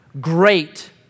great